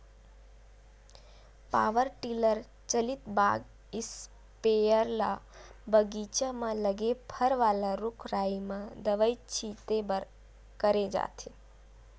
power tiller चलित बाग sprayer ल बगीचा म लगे फर वाला रूख राई म दवई छिते बर करे जाथे